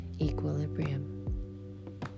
equilibrium